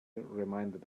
reminded